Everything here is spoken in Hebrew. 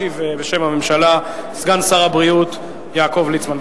משיב בשם הממשלה סגן שר הבריאות יעקב ליצמן.